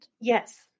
Yes